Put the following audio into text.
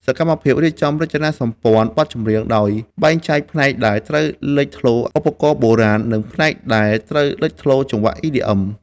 សកម្មភាពរៀបចំរចនាសម្ព័ន្ធបទចម្រៀង ដោយបែងចែកផ្នែកដែលត្រូវលេចធ្លោឧបករណ៍បុរាណ និងផ្នែកដែលត្រូវលេចធ្លោចង្វាក់ EDM។